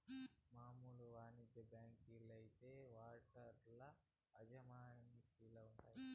మామూలు వానిజ్య బాంకీ లైతే వాటాదార్ల అజమాయిషీల ఉండాయి